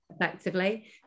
effectively